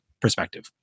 perspective